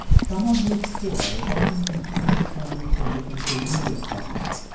someone who is poor is often consumed with finding solutions to immediate problems.